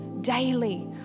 daily